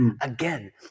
Again